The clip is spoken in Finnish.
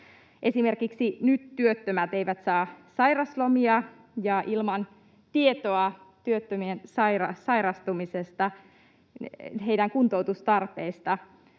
Esimerkiksi nyt työttömät eivät saa sairaslomia ja tieto työttömien sairastumisesta ja heidän kuntoutustarpeistaan